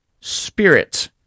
spirit